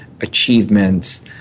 achievements